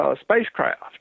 spacecraft